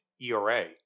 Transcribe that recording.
ERA